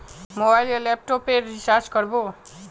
Mobile या laptop पेर recharge कर बो?